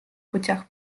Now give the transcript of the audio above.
путях